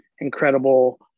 incredible